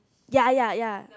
ya ya ya